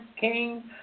king